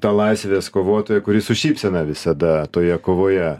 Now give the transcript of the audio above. ta laisvės kovotoja kuri su šypsena visada toje kovoje